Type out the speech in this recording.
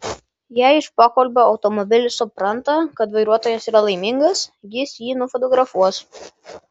jei iš pokalbio automobilis supranta kad vairuotojas yra laimingas jis jį nufotografuos